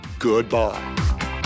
Goodbye